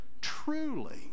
Truly